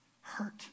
hurt